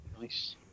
Nice